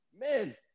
man